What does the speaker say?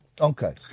Okay